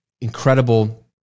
incredible